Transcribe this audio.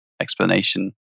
explanation